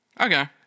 Okay